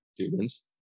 students